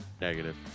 Negative